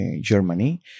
Germany